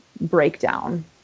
breakdown